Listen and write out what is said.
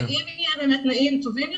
אם יהיה באמת תנאים טובים יותר,